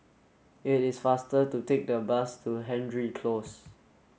it is faster to take the bus to Hendry Close